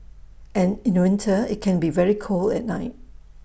and in winter IT can be very cold at night